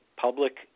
public